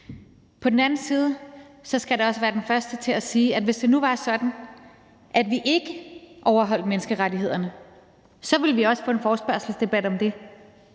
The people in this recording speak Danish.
På den anden side skal jeg da også være den første til at sige, at hvis det nu var sådan, at vi ikke overholdt menneskerettighederne, så ville vi også få en forespørgselsdebat om det,